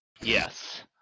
Yes